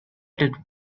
did